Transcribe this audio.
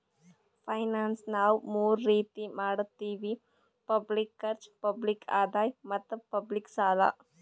finance ನಾವ್ ಮೂರ್ ರೀತಿ ಮಾಡತ್ತಿವಿ ಪಬ್ಲಿಕ್ ಖರ್ಚ್, ಪಬ್ಲಿಕ್ ಆದಾಯ್ ಮತ್ತ್ ಪಬ್ಲಿಕ್ ಸಾಲ